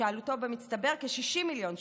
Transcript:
שעלותו במצטבר כ-60 מיליון שקלים,